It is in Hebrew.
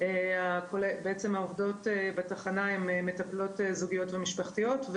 העובדות בתחנה הן מטפלות זוגיות ומשפחתיות.